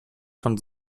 von